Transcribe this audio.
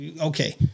okay